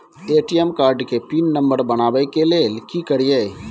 ATM card के pin number बनाबै के लेल की करिए?